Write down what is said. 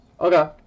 Okay